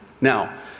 Now